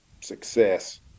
success